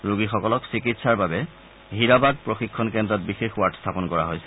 ৰোগীসকলক চিকিৎসাৰ বাবে হীৰাবাগ প্ৰশিক্ষণ কেন্দ্ৰত বিশেষ ৱাৰ্ড স্থাপন কৰা হৈছে